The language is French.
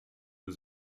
aux